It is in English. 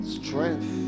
strength